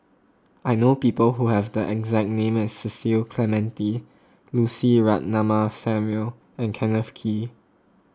I know people who have the exact name as Cecil Clementi Lucy Ratnammah Samuel and Kenneth Kee